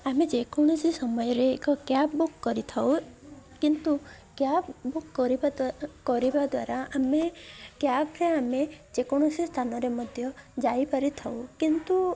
ଆମେ ଯେକୌଣସି ସମୟରେ ଏକ କ୍ୟାବ୍ ବୁକ୍ କରିଥାଉ କିନ୍ତୁ କ୍ୟାବ ବୁକ୍ କରିବା କରିବା ଦ୍ୱାରା ଆମେ କ୍ୟାବରେ ଆମେ ଯେକୌଣସି ସ୍ଥାନରେ ମଧ୍ୟ ଯାଇପାରିଥାଉ କିନ୍ତୁ